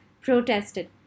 protested